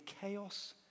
chaos